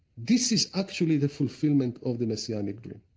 this is actually the fulfillment of the messianic dream.